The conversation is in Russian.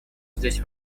здесь